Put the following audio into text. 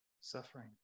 suffering